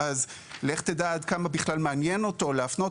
ואז לך תדע עד כמה בכלל מעניין אותו להפנות